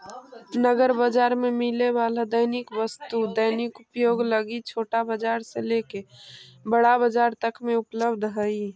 नगर बाजार में मिले वाला दैनिक वस्तु दैनिक उपयोग लगी छोटा बाजार से लेके बड़ा बाजार तक में उपलब्ध हई